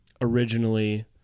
originally